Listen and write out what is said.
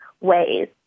ways